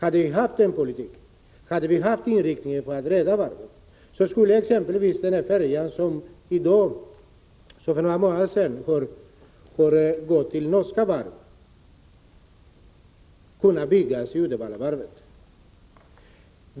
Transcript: Om vi hade haft en sådan politik, inriktad på att varvet skulle räddas, skulle exempelvis den färja som det för några månader sedan bestämdes att norska varv skulle bygga, kunnat byggas vid Uddevallavarvet.